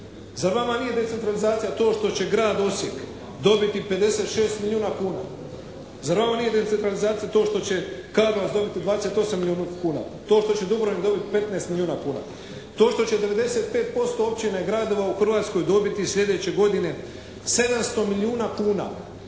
zar vama nije decentralizacija to što će Grad Osijek dobiti 56 milijuna kuna? Zar vama nije decentralizacija to što će Karlovac dobiti 28 milijuna kuna? To što će Dubrovnik dobiti 15 milijuna kuna? To što će 95% općina i gradova u Hrvatskoj dobiti sljedeće godine 700 milijuna kuna.